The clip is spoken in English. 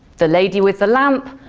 the lady with the lamp,